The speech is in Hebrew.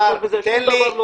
שום דבר לא קורה.